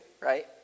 right